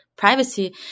Privacy